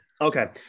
Okay